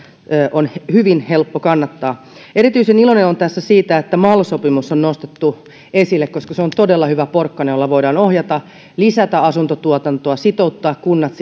on hyvin helppo kannattaa erityisen iloinen olen tässä siitä että mal sopimus on nostettu esille koska se on todella hyvä porkkana jolla voidaan ohjata lisätä asuntotuotantoa sitouttaa kunnat